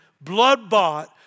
blood-bought